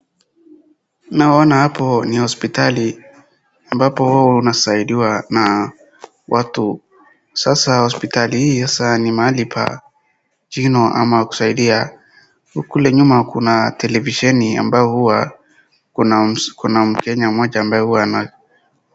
Naona hapo ni hospitali ambapo huwa unasaidiwa na watu. Sasa hospitali hii sasa ni mahali pa jino ama kusaidia. Kule nyuma kuna televisheni ambao huwa kuna mkenya mmoja ambaye huwa ana.